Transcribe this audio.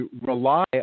rely